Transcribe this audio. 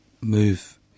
move